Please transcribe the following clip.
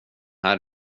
här